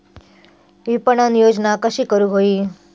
विपणन योजना कशी करुक होई?